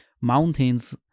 mountains